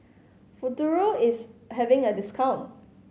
Futuro is having a discount